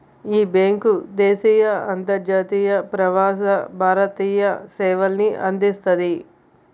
యీ బ్యేంకు దేశీయ, అంతర్జాతీయ, ప్రవాస భారతీయ సేవల్ని అందిస్తది